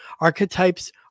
archetypes